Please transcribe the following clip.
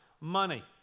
money